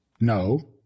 No